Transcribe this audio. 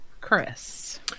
Chris